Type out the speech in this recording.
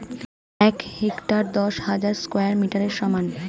এক হেক্টার দশ হাজার স্কয়ার মিটারের সমান